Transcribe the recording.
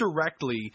directly